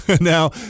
Now